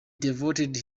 devoted